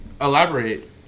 Elaborate